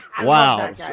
Wow